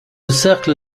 cercle